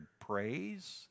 praise